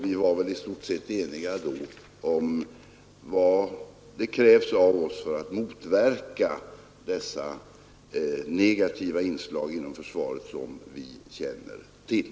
Vi var väl i stort sett eniga om vad som krävs av oss för att motverka dessa negativa inslag inom försvaret som vi känner till.